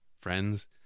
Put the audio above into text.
friends